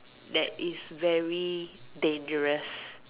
that is very dangerous